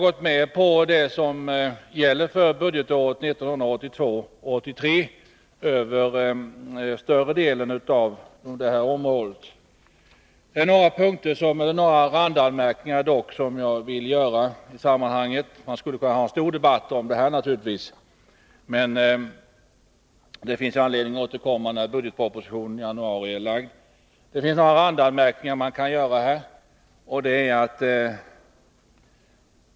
Över större delen av det här området har vi gått med på det som gäller budgetåret 1982/83. Vi skulle naturligtvis kunna ha en stor debatt om dessa frågor, men det 63 finns anledning att återkomma efter det att budgetpropositionen har lagts fram i januari. Man kan emellertid göra en del randanmärkningar, och jag vill ta upp några.